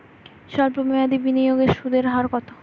সল্প মেয়াদি বিনিয়োগের সুদের হার কত?